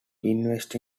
interest